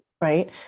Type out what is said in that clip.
Right